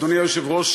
אדוני היושב-ראש,